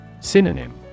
Synonym